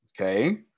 okay